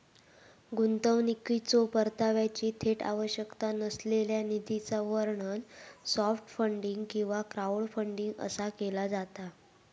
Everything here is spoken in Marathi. गुंतवणुकीच्यो परताव्याची थेट आवश्यकता नसलेल्या निधीचा वर्णन सॉफ्ट फंडिंग किंवा क्राऊडफंडिंग असा केला जाता